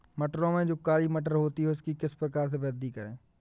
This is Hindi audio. मटरों में जो काली मटर होती है उसकी किस प्रकार से वृद्धि करें?